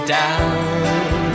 down